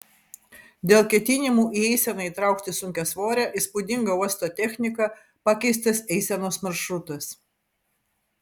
dėl ketinimų į eiseną įtraukti sunkiasvorę įspūdingą uosto techniką pakeistas eisenos maršrutas